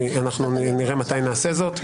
נראה מתי נעשה זאת.